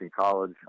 College